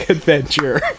Adventure